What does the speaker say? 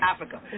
Africa